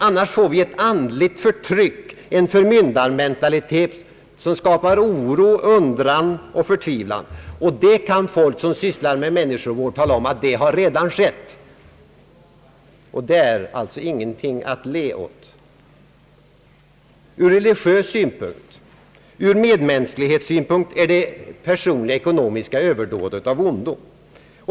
Annars får vi ett andligt förtryck, en förmyndarmentalitet som skapar undran, oro, förtvivlan. Det kan folk som ägnar sig åt människovård. vittna om. Ur religiös synpunkt, ur medmänsklighetssynpunkt, är det personliga ekonomiska överdådet av ondo.